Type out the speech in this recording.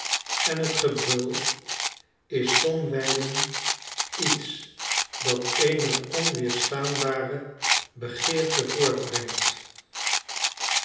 en het gebrul is somwijlen iets dat eene onweerstaanbare begeerten voortbrengtom